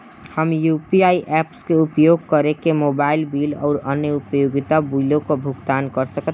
हम UPI apps के उपयोग करके मोबाइल बिल आउर अन्य उपयोगिता बिलों का भुगतान कर सकतानी